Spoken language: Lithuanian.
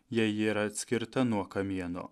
jei ji yra atskirta nuo kamieno